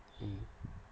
mm